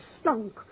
stunk